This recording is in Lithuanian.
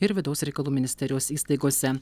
ir vidaus reikalų ministerijos įstaigose